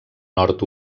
nord